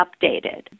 updated